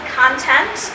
content